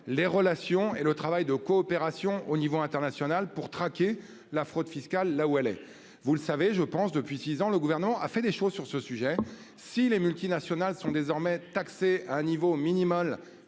les relations et le travail de coopération à l'échelon international pour traquer la fraude fiscale là où elle se trouve. Depuis six ans, le Gouvernement a fait des choses sur ce sujet. Lesquelles ? Si les multinationales sont désormais taxées à un niveau minimal